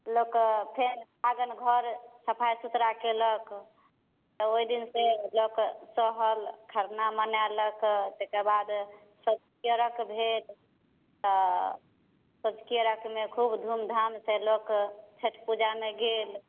लोक फेर आङ्गन घर सफाइ सुथरा केलक ओहि दिनसे लऽ कऽ सहल खरना मनेलक ताहिके बाद सँझुका अर्घ्य भेल तऽ सँझुका अर्घ्यमे खूब धूम धाम से लोक छठि पूजामे गेल